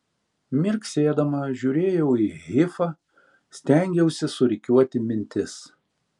mirksėdama žiūrėjau į hifą stengiausi surikiuoti mintis